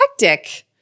hectic